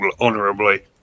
honorably